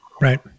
Right